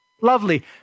lovely